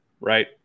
right